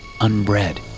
unbred